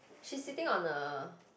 she's sitting on a